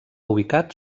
ubicat